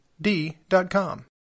D.com